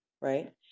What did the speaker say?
Right